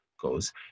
goes